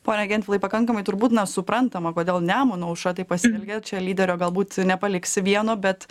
pone gentvilai pakankamai turbūt na suprantama kodėl nemuno aušra taip pasielgė čia lyderio galbūt nepaliksi vieno bet